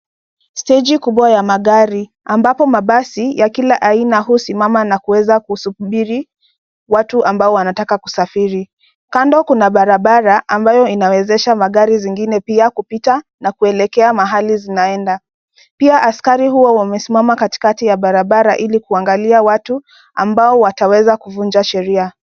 Stage kubwa ya magari ambapo mabasi ya kila aina husimama na kuweza kusubiri watu ambao wanataka kusafiri. Kando kuna barabara ambayo inawezesha magari zingine pia kupita na kuelekea mahali zinaenda. Pia askari huwa wamesimama katikati ya barabara ili kuangalia watu ambao wataweza kuvunja sheria.